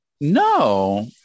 No